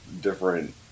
different